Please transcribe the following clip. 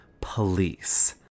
police